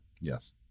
Yes